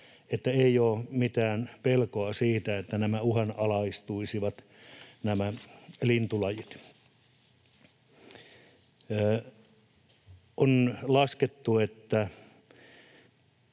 että ei ole mitään pelkoa siitä, että nämä lintulajit uhanalaistuisivat. On laskettu, että